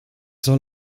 soll